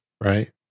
Right